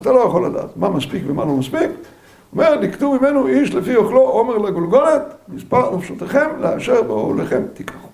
אתה לא יכול לדעת מה מספיק ומה לא מספיק. אומר, ליקטו ממנו איש לפי אוכלו, עומר לגולגולת, מספר נפשותכם איש לאשר באוהלו תיקחו.